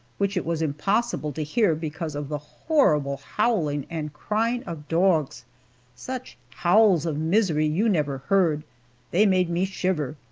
which it was impossible to hear because of the horrible howling and crying of dogs such howls of misery you never heard they made me shiver.